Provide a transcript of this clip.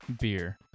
beer